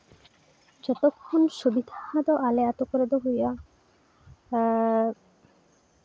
ᱡᱚᱛᱚ ᱠᱷᱚᱱ ᱥᱩᱵᱤᱫᱷᱟ ᱫᱚ ᱟᱞᱮ ᱟᱹᱛᱩ ᱠᱚᱨᱮᱫᱚ ᱦᱩᱭᱩᱜᱼᱟ ᱟᱨ